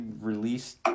released